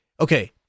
Okay